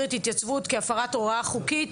את אי התייצבות כהפרת הוראה חוקית,